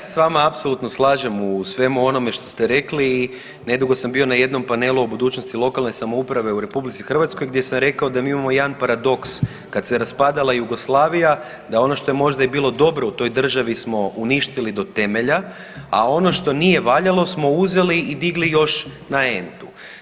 Ja se s vama apsolutno slažem u svemu onome što ste rekli i nedugo sam bio na jednom panelu o budućnosti lokalne samouprave u RH gdje sam rekao da mi imamo paradoks, kad se raspadala Jugoslavija da ono što je možda i bilo dobro u toj državi smo uništili do temelja, a ono što nije valjalo smo uzeli i digli još na N-tu.